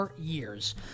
years